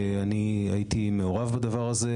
הייתי מעורב בזה,